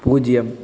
பூஜ்யம்